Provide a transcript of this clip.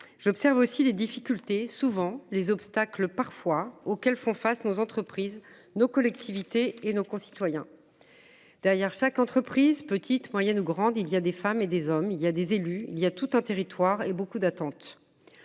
J’observe aussi les difficultés, parfois les obstacles, auxquelles font face nos entreprises, nos collectivités territoriales et nos citoyens. Derrière chaque entreprise, petite, moyenne ou grande, il y a des femmes et des hommes, des élus, tout un territoire et beaucoup d’attentes.